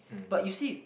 but you see